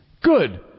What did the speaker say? Good